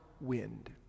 wind